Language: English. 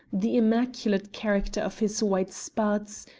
the immaculate character of his white spats,